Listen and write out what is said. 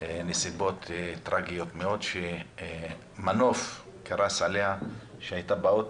בנסיבות טראגיות מאוד שמנוף קרס עליה כשהייתה באוטו.